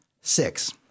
Six